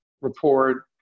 report